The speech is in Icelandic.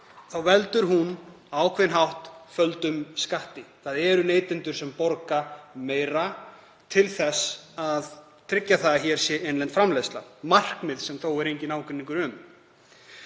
þá veldur hún á ákveðinn hátt földum skatti. Það eru neytendur sem borga meira til þess að tryggja að hér sé innlend framleiðsla, markmið sem þó er enginn ágreiningur um.